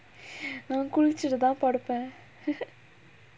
நா குளிச்சுட்டுதா படுப்பேன்:naa kulichuttuthaa paduppaen